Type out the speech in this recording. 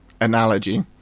analogy